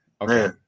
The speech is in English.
okay